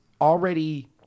already